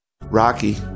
Rocky